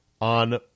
on